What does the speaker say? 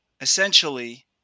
Essentially